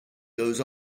goes